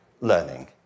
learning